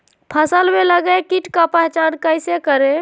फ़सल में लगे किट का पहचान कैसे करे?